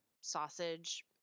sausage